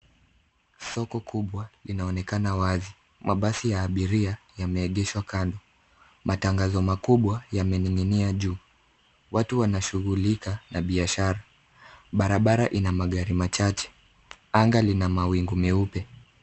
Soko kubwa linaonekana wazi. Mabasi ya abiria yameegeshwa kando. Matangazo makubwa yamening'inia juu. Watu wanashughulika na biashara. Barabara ina magari machache. Anga lina mawingu meupe.